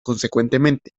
consecuentemente